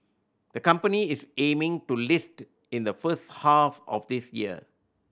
the company is aiming to list in the first half of this year